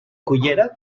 cullera